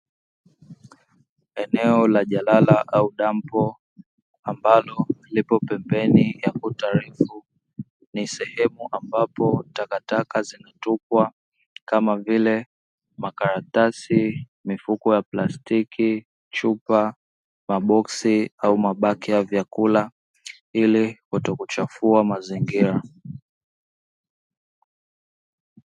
Eneo la jalala au dampo ambalo lipo pembeni ya kuta refu ni sehemu ambapo takataka zinatupwa kama vile makaratasi, mifuko ya plastiki, chupa, maboksi au mabaki ya vyakula. Ili kutokuchafua mazingira.